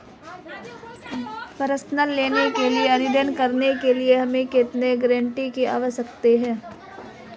Personal loan के लिए आवेदन करने के लिए हमें कितने गारंटरों की आवश्यकता है?